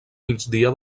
migdia